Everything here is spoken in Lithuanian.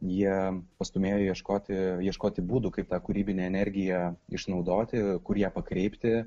jie pastūmėjo ieškoti ieškoti būdų kaip tą kūrybinę energiją išnaudoti kur ją pakreipti